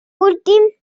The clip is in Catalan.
últim